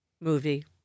Movie